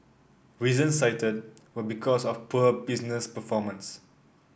reasons cited were because of poor business performance